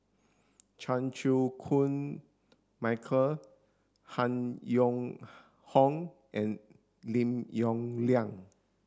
Chan Chew Koon Michael Han Yong Hong and Lim Yong Liang